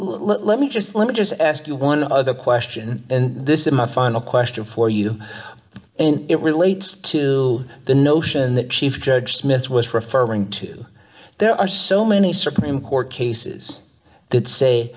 but let me just let me just ask you one other question and this is my final question for you and it relates to the notion that chief judge smith was referring to there are so many supreme court cases that say